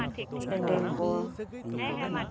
ᱮᱸᱰᱮᱠᱚ